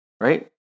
right